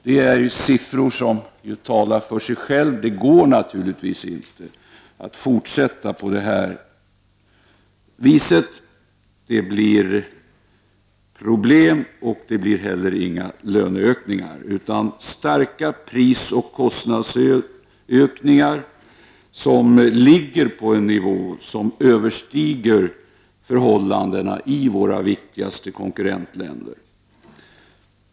Dessa siffror talar för sig själva. Det går naturligtvis inte att fortsätta på detta sätt utan problem, och det blir heller inga löneökningar utan starka prisoch kostnadsökningar som ligger på en nivå som överstiger förhållandena i våra viktigaste konkurrentländer.